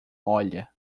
olha